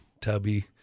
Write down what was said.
tubby